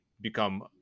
become